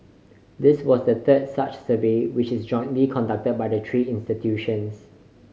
this was the third such survey which is jointly conducted by the three institutions